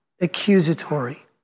accusatory